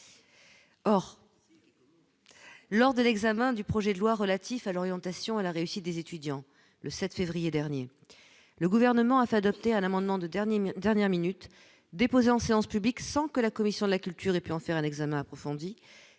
or lors de l'examen du projet de loi relatif à l'orientation à la réussite des étudiants le 7 février dernier, le gouvernement a fait adopter un amendement de dernier dernière minute déposé en séance publique, sans que la commission de la culture et plus en faire un examen approfondi